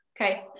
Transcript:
Okay